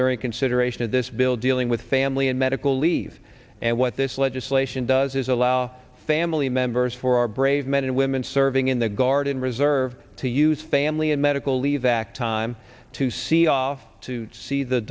during consideration of this bill dealing with family and medical leave and what this legislation does is allow family members for our brave men and women serving in the guard and reserve to use family and medical leave act time to see off to see the